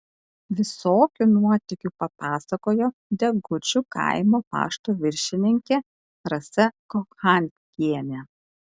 visokių nuotykių papasakojo degučių kaimo pašto viršininkė rasa kochankienė